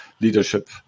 leadership